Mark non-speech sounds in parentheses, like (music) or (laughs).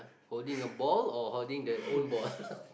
holding a ball or holding the own ball (laughs)